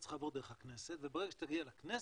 צריך לעבור דרך הכנסת וברגע שאתה תגיע לכנסת